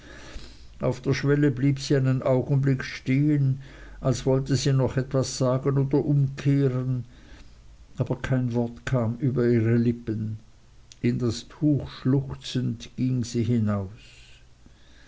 auf der schwelle blieb sie einen augenblick stehen als wollte sie noch etwas sagen oder umkehren aber kein wort kam über ihre lippen in das tuch schluchzend ging sie hinaus